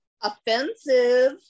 Offensive